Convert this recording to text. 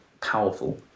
powerful